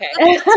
Okay